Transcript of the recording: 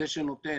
זה שנותן